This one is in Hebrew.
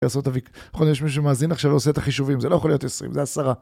יש מישהו שמאזין עכשיו ועושה את החישובים, זה לא יכול להיות עשרים, זה עשרה.